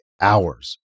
hours